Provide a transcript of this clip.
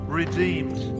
redeemed